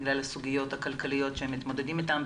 בגלל הסוגיות הכלכליות שהם מתמודדים איתם,